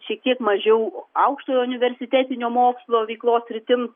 šiek tiek mažiau aukštojo universitetinio mokslo veiklos sritim